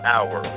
Hour